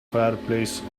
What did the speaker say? fireplace